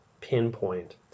pinpoint